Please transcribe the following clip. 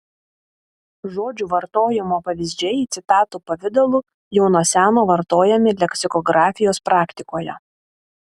žodžių vartojimo pavyzdžiai citatų pavidalu jau nuo seno vartojami leksikografijos praktikoje